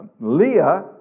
Leah